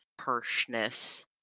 harshness